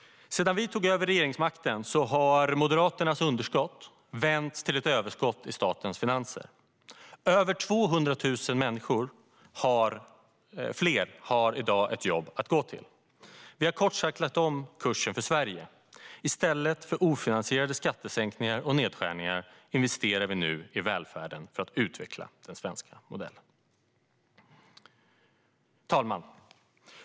Sedan vi tog över regeringsmakten har Moderaternas underskott vänts till ett överskott i statens finanser. Över 200 000 fler människor har i dag ett jobb att gå till. Kort sagt har vi lagt om kursen för Sverige - i stället för att genomföra ofinansierade skattesänkningar och nedskärningar investerar vi nu i välfärden för att utveckla den svenska modellen. Fru talman!